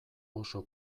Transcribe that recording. oso